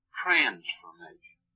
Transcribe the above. transformation